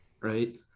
right